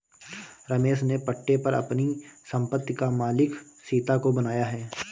रमेश ने पट्टे पर अपनी संपत्ति का मालिक सीता को बनाया है